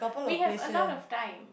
we have a lot of time